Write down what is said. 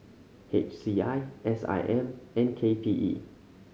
H C I S I M and K P E